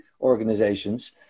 organizations